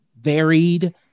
varied